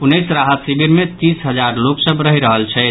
उन्नैस राहत शिविर मे तीस हजार लोक सभ रहि रहल छथि